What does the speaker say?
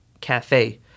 cafe